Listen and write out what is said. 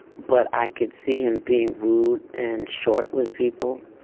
but i could see him being rude and short with people.